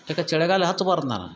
ಯಾಕೆ ಚಳಿಗಾಲ